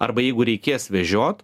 arba jeigu reikės vežiot